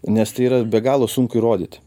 nes tai yra be galo sunku įrodyti